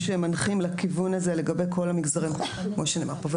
מנחים לכיוון הזה לגבי כל המגזרים כמו שנאמר פה.